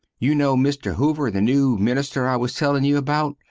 you no mister hoover the new minister i was telling you about?